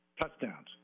touchdowns